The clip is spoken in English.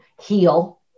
heal